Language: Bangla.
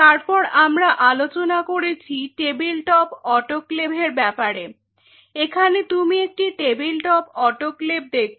তারপর আমরা আলোচনা করেছি টেবিল টপ অটোক্লেভের ব্যাপারে এখানে তুমি একটি টেবিল টপ অটোক্লেভ দেখছ